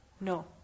No